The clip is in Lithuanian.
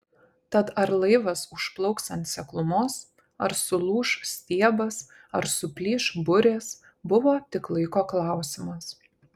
tad ar laivas užplauks ant seklumos ar sulūš stiebas ar suplyš burės buvo tik laiko klausimas